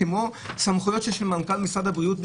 כמו סמכויות שיש למנכ"ל משרד הבריאות.